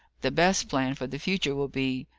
the best plan for the future will be,